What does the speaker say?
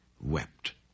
wept